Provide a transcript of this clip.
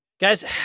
Guys